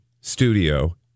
studio